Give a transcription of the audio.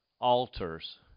altars